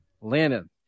Landon